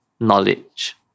knowledge